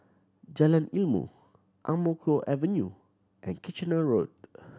Jalan Ilmu Ang Mo Kio Avenue and Kitchener Road